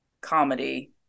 comedy